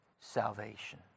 salvation